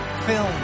film